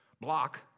block